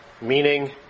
Meaning